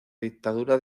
dictadura